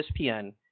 ESPN